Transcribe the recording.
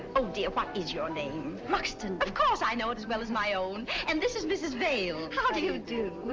oh dear, what is your name? muxton. of course i know it as well as my own. and this is mrs. vail. how do you do?